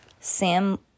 Sam